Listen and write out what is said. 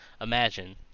Imagine